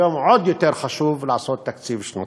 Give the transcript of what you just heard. היום עוד יותר חשוב לעשות תקציב שנתי.